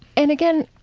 and again,